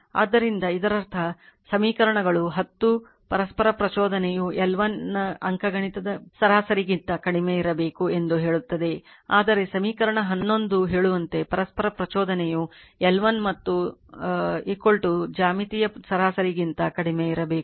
ಆದ್ದರಿಂದ ಇದರರ್ಥ ಸಮೀಕರಣಗಳು 10 ಪರಸ್ಪರ ಪ್ರಚೋದನೆಯು L1 ನ ಅಂಕಗಣಿತದ ಸರಾಸರಿಗಿಂತ ಕಡಿಮೆಯಿರಬೇಕು ಎಂದು ಹೇಳುತ್ತದೆ ಆದರೆ ಸಮೀಕರಣ ಹನ್ನೊಂದು ಹೇಳುವಂತೆ ಪರಸ್ಪರ ಪ್ರಚೋದನೆಯು L1 ಮತ್ತು ನ ಜ್ಯಾಮಿತೀಯ ಸರಾಸರಿಗಿಂತ ಕಡಿಮೆಯಿರಬೇಕು